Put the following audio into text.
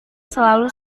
selalu